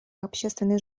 общественной